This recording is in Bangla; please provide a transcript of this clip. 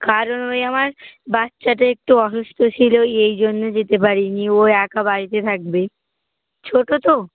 কারণ ওই আমার বাচ্চাটা একটু অসুস্থ ছিল এই জন্য যেতে পারিনি ও একা বাড়িতে থাকবে ছোট তো